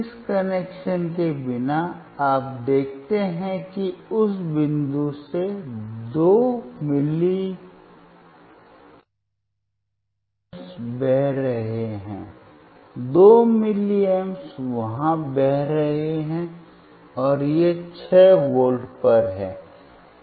इस कनेक्शन के बिना आप देखते हैं कि उस बिंदु से दो मिलीमीटर बह रहे हैं दो मिलीमीटर वहां बह रहे हैं और ये छह वोल्ट पर हैं